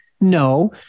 No